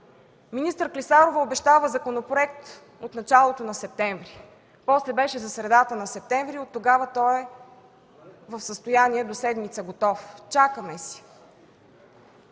Министър Клисарова обеща законопроект от началото на септември, после беше за средата на септември – оттогава той е в състояние „до седмица готов” – чакаме си.